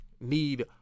need